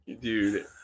Dude